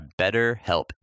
BetterHelp